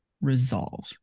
resolve